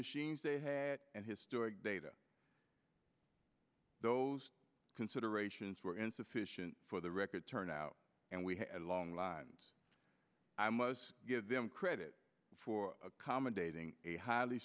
machines they had and historic data those considerations were insufficient for the record turnout and we had long lines i must give them credit for accommodating a highly